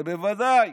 זה בוודאי.